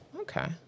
Okay